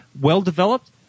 well-developed